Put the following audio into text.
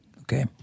okay